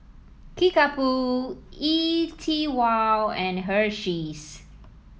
Kickapoo E TWOW and Hersheys